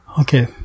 Okay